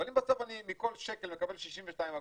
אבל אם אני מכל שקל מקבל 62 אגורות?